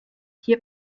hier